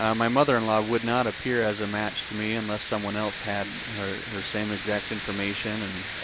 um my mother in law would not appear as a match to me unless someone else had her her same exact information. and